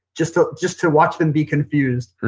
just to just to watch them be confused